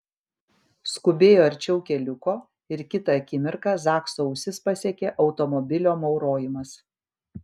skubėjo arčiau keliuko ir kitą akimirką zakso ausis pasiekė automobilio maurojimas